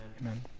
Amen